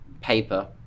paper